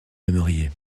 aimeriez